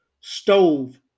stove